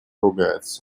ругается